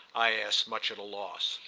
i asked, much at a loss.